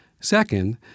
Second